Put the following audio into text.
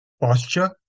posture